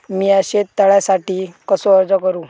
मीया शेत तळ्यासाठी कसो अर्ज करू?